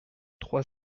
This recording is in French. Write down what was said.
trois